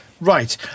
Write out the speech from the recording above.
Right